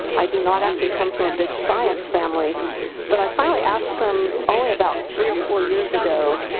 i do not actually come from a big science family but i finally asked him, only about three or four years ago,